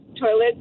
toilet